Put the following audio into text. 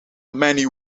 many